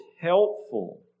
helpful